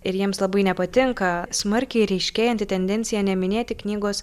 ir jiems labai nepatinka smarkiai ryškėjanti tendencija neminėti knygos